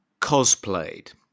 cosplayed